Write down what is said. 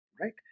right